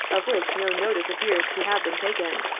of which no notice appears to have been taken,